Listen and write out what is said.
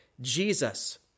Jesus